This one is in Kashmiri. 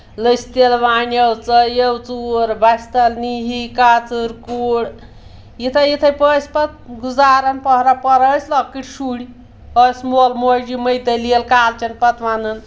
لٔژھ تِلوانیو ژَیو ژوٗر بَچھِ تَل نَہہِ کاژٕر کوٗر یِتھَے یِتھٕے پٲٹھۍ پَتہٕ گُزارَان پہرا پہرا ٲسۍ لۄکٕٹۍ شُرۍ ٲسۍ مول موج یِمَے دٔلیٖل کالچَن پَتہٕ وَنان